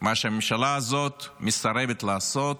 מה שהממשלה הזאת מסרבת לעשות